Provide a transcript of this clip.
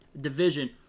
division